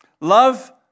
Love